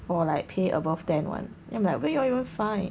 for like pay above ten [one] then I'm like where you all even find